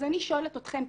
אז אני שואלת אתכם,